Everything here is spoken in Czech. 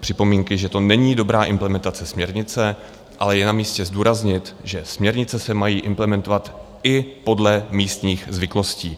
připomínky, že to není dobrá implementace směrnice, ale je namístě zdůraznit, že směrnice se mají implementovat i podle místních zvyklostí.